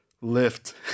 lift